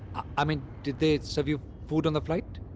i mean, did they serve you food on the flight?